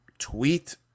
tweet